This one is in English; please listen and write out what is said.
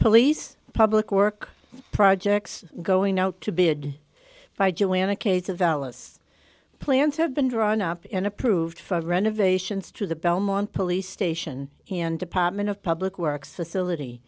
police public work projects going out to be a good fight to win a case of alice plans have been drawn up and approved for renovations to the belmont police station and department of public works facility